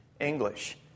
English